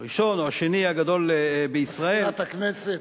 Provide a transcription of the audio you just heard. הראשון או השני הגדול בישראל, מזכירת הכנסת.